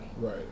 Right